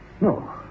No